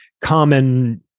common